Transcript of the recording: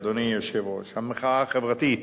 אדוני היושב-ראש: המחאה החברתית.